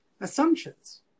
assumptions